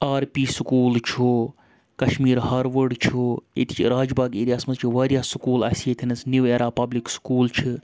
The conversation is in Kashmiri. آر پی سکوٗل چھُ کَشمیٖر ہاروٲڈ چھُ ییٚتہِ راج باغ ایریاہَس مَنٛز چھِ واریاہ سکوٗل اَسہِ ییٚتٮ۪نَس نِو اییرا پَبلِک سکوٗل چھِ